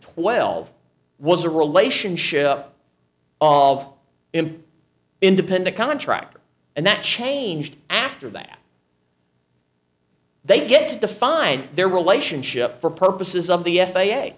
twelve was a relationship of and independent contractor and that changed after that they get to define their relationship for purposes of the